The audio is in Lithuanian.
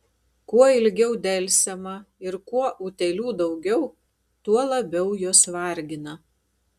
kuo ilgiau delsiama ir kuo utėlių daugiau tuo labiau jos vargina